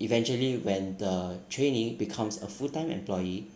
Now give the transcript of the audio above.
eventually when the trainee becomes a full time employee